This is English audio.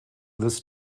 this